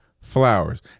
flowers